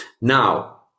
Now